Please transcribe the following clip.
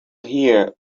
here